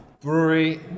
brewery